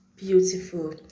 beautiful